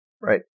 Right